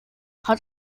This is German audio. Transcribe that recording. hat